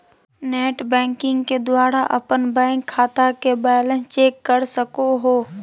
net banking के द्वारा अपन बैंक खाता के बैलेंस चेक कर सको हो